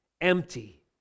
empty